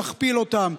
נכפיל אותם?